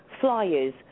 flyers